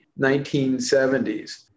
1970s